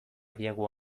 diegu